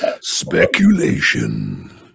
Speculation